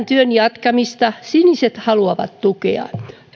työn jatkamista siniset haluavat tukea